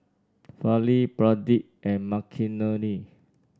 Fali Pradip and Makineni